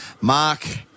Mark